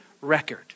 record